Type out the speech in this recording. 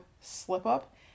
slip-up